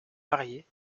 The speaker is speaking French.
marié